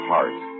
Heart